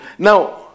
Now